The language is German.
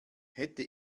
hätte